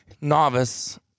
novice